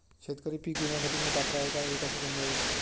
शेतकरी पीक विम्यासाठी मी पात्र आहे हे कसे समजायचे?